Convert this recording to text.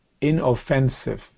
inoffensive